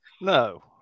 No